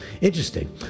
Interesting